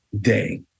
day